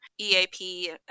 EAP